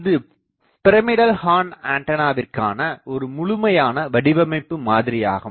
இது pyramidal horn ஆண்டனாவிற்கான ஒரு முழுமையான வடிவமைப்பு மாதிரியாகும்